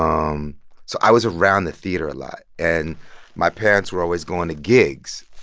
um so i was around the theater a lot. and my parents were always going to gigs,